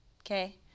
Okay